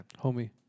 Homie